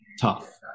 tough